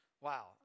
Wow